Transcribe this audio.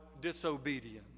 disobedience